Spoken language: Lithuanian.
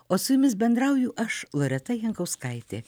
o su jumis bendrauju aš loreta jankauskaitė